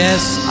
Yes